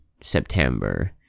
September